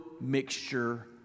mixture